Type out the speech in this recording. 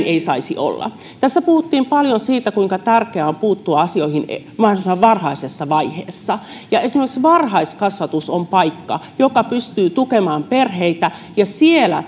ei saisi olla tässä puhuttiin paljon siitä kuinka tärkeää on puuttua asioihin mahdollisimman varhaisessa vaiheessa esimerkiksi varhaiskasvatus on paikka joka pystyy tukemaan perheitä ja siellä